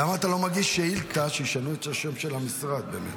למה אתה לא מגיש שאילתה שישנו את השם של המשרד באמת?